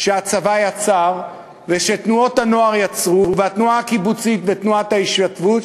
שהצבא יצר ותנועות הנוער יצרו והתנועה הקיבוצית ותנועת ההתיישבות,